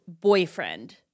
boyfriend